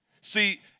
See